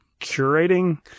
curating